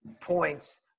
points